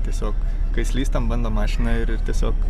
tiesiog kai slysta mano mašina ir ir tiesiog